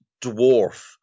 dwarf